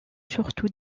surtout